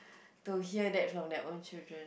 to hear that from their own children